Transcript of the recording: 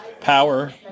power